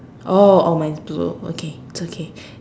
oh oh mine's blue okay it's okay